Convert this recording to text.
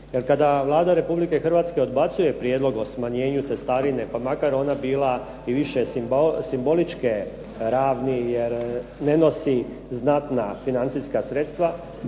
Jer kada Vlada Republike Hrvatske odbacuje prijedlog o smanjenju cestarine, pa makar ona bila i više simboličke ravni, jer ne nosi znatna financijska sredstva